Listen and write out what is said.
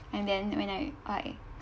and then when I I